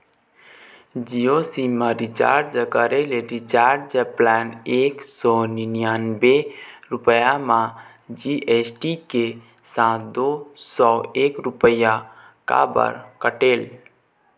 Jio SIM मा recharge करे ले रिचार्ज प्लान एक सौ निन्यानबे रुपए मा जी.एस.टी के साथ दो सौ एक रुपया काबर कटेल?